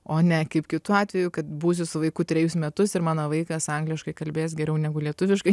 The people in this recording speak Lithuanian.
o ne kaip kitu atveju kad būsiu su vaiku trejus metus ir mano vaikas angliškai kalbės geriau negu lietuviškai